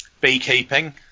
beekeeping